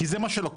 כי זה מה שלוקח.